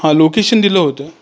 हा लोकेशन दिलं होतं